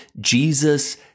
Jesus